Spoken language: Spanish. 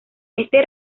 este